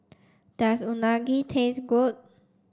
does Unagi taste good